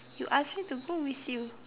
you ask me to go with you